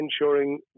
ensuring